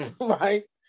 right